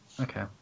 Okay